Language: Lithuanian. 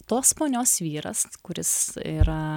tos ponios vyras kuris yra